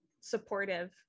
supportive